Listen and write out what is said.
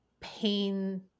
pain